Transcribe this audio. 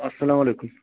اَلسلام علیکُم